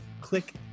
click